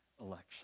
election